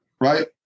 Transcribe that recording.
Right